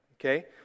okay